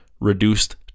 reduced